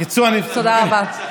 תודה רבה.